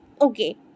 Okay